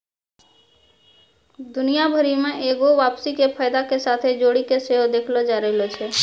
दुनिया भरि मे एगो वापसी के फायदा के साथे जोड़ि के सेहो देखलो जाय रहलो छै